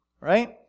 right